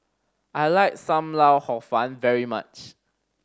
I like Sam Lau Hor Fun very much